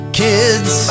kids